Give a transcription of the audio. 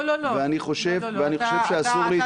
אני חושב שאסור להתייחס ככה --- לא.